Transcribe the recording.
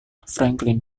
franklin